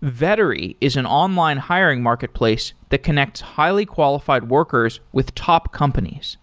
vettery is an online hiring marketplace that connects highly qualified workers with top companies.